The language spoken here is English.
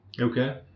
Okay